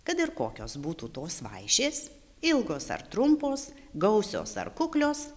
kad ir kokios būtų tos vaišės ilgos ar trumpos gausios ar kuklios